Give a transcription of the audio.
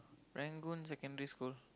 Serangoon-Secondary-School